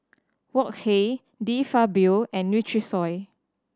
Wok Hey De Fabio and Nutrisoy